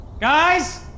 Guys